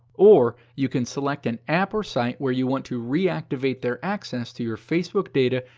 or, you can select an app or site where you want to re-activate their access to your facebook data,